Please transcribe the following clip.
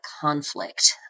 conflict